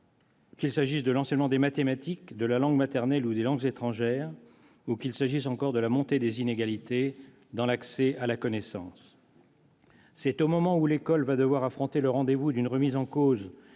qu'il s'agisse de l'enseignement des mathématiques, de la langue maternelle ou des langues étrangères ou encore qu'il s'agisse de la montée des inégalités dans l'accès à la connaissance. C'est au moment où l'école va devoir affronter le rendez-vous d'une remise en cause